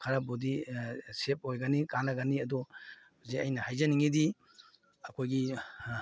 ꯈꯔꯕꯨꯗꯤ ꯁꯦꯕ ꯑꯣꯏꯒꯅꯤ ꯀꯥꯟꯅꯒꯅꯤ ꯑꯗꯨ ꯍꯧꯖꯤꯛ ꯑꯩꯅ ꯍꯥꯏꯖꯅꯤꯡꯏꯗꯤ ꯑꯩꯈꯣꯏꯒꯤ